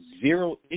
zero